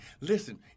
Listen